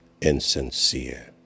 insincere